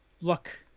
look